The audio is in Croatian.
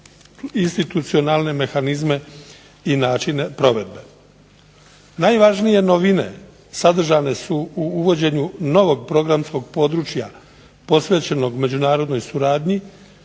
institucionalne mehanizme i načine provedbe. Najvažnije novine sadržane su u uvođenju novog programskog područja posvećenog međunarodnoj suradnji